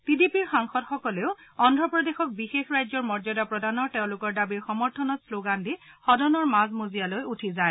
T D পিৰ সাংসদসকলেও অঙ্গুপ্ৰদেশক বিশেষ ৰাজ্যৰ মৰ্যদা প্ৰদানৰ তেওঁলোকৰ দাবীৰ সমৰ্থনত শ্লোগান দি সদনৰ মাজ মজিয়ালৈ উঠি যায়